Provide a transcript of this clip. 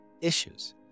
issues